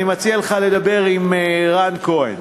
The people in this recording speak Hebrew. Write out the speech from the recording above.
אני מציע לך לדבר עם רן כהן.